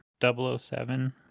007